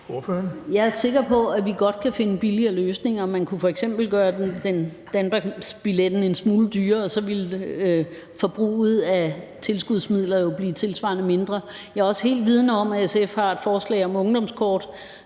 Jeg er sikker på, at vi godt kan finde billigere løsninger. Man kunne f.eks. gøre danmarksbilletten en smule dyrere. Så ville forbruget af tilskudsmidler jo blive tilsvarende mindre. Jeg er også helt vidende om, at SF har et forslag om et ungdomskort